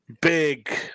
big